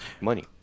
money